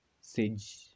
Sage